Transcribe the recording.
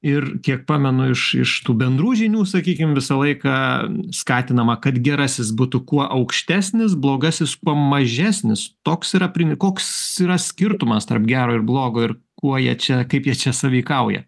ir kiek pamenu iš iš tų bendrų žinių sakykim visą laiką skatinama kad gerasis būtų kuo aukštesnis blogasis mažesnis toks yra pri koks yra skirtumas tarp gero ir blogo ir kuo jie čia kaip jie čia sąveikauja